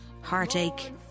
heartache